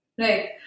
right